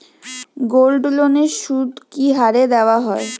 গোল্ডলোনের সুদ কি হারে দেওয়া হয়?